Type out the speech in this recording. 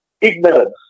ignorance